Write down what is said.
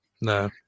No